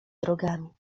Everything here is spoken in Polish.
drogami